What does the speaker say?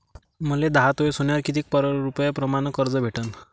मले दहा तोळे सोन्यावर कितीक रुपया प्रमाण कर्ज भेटन?